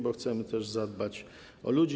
Bo chcemy też zadbać o ludzi.